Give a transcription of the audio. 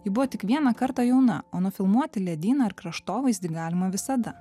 ji buvo tik vieną kartą jauna o nufilmuoti ledyną ir kraštovaizdį galima visada